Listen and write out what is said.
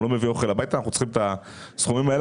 הוא לא מביא אוכל הביתה ואת הסכומים האלה